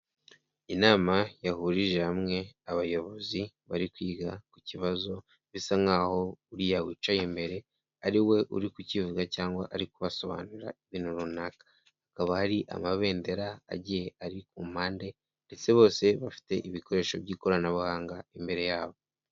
Inama yahurije hamwe abayobozi bari kwiga ku kibazo, bisa nkaho uriya wicaye imbere ari we uri kukivuga cyangwa ariko kubasobanura ibintu runaka. Hakaba hari amabendera agiye ari ku mpande, ndetse bose bafite ibikoresho by'ikoranabuhanga imbere yabo.